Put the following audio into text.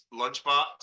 Lunchbox